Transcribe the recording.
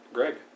Greg